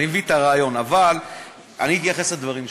אני מבין את הרעיון, אבל אני אתייחס לדברים שלך.